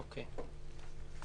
אוקיי.